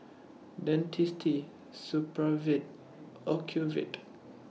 Dentiste Supravit Ocuvite